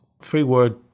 three-word